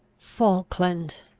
falkland!